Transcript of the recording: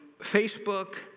Facebook